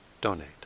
donate